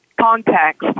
context